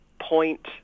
point